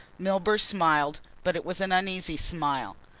milburgh smiled, but it was an uneasy smile.